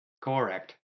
correct